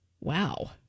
Wow